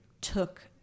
took